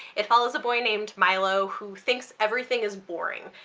it follows a boy named milo who thinks everything is boring,